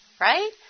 right